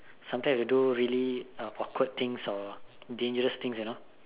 sometimes you'll do really uh awkward things or dangerous things you know